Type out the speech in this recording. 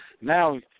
now